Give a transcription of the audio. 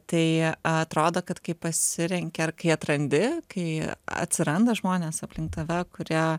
tai atrodo kad kai pasirenki ar kai atrandi kai atsiranda žmonės aplink tave kurie